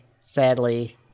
Sadly